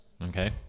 Okay